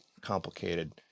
complicated